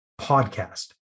PODCAST